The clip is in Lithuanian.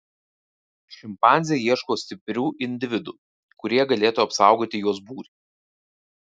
šimpanzė ieško stiprių individų kurie galėtų apsaugoti jos būrį